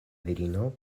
virino